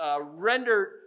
rendered